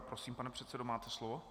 Prosím, pane předsedo, máte slovo.